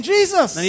Jesus